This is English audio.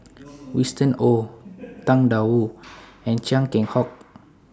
Winston Oh Tang DA Wu and Chia Keng Hock